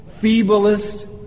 feeblest